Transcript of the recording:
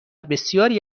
بسیاری